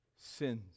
sins